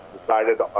decided